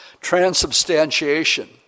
Transubstantiation